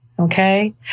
Okay